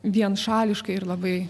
vienšališkai ir labai